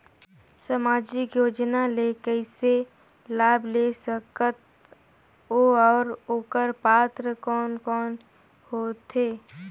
समाजिक योजना ले कइसे लाभ ले सकत बो और ओकर पात्र कोन कोन हो थे?